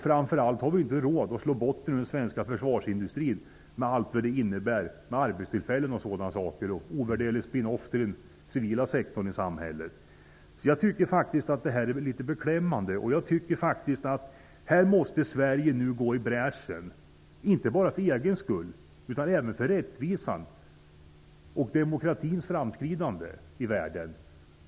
Framför allt har vi i Sverige inte råd att slå botten ur den svenska försvarsindustrin, med allt vad det innebär i form av arbetstillfällen, ovärdelig ''spinn-off'' till den civila sektorn i samhället osv. Jag tycker faktiskt att detta är litet beklämmande. Sverige måste gå i bräschen, inte bara för egen skull utan även för rättvisans skull och för demokratins framskridande i världen.